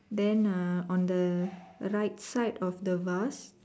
then ah on the right side of the vase